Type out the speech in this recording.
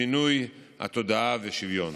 בשינוי התודעה ובשוויון.